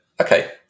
Okay